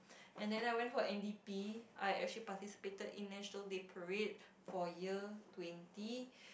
and then I went for N_D_P I actually participated in National Day Parade for year twenty